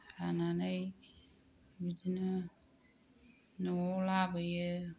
हानानै बिदिनो न'आव लाबोयो